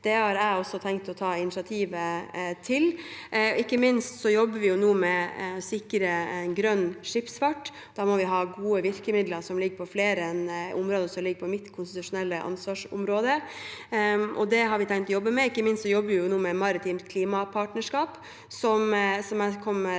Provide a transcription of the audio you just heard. Det har jeg også tenkt å ta initiativ til. Ikke minst jobber vi nå med å sikre grønn skipsfart. Da må vi ha gode virkemidler på flere områder enn det som ligger til mitt konstitusjonelle ansvarsområde, og det har vi tenkt å jobbe med. Ikke minst jobber vi nå med maritimt klimapartnerskap, som jeg kommer til å jobbe